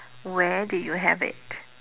where did you have it